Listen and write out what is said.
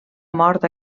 mort